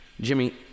Jimmy